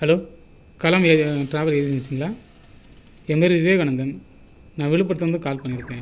hollow Kalam area travel ஏஜன்ஸிங்களா என் பெயரு விவேகானந்தன் நான் விழுப்புரத்துலேயிருந்து கால் பண்ணி இருக்கேன்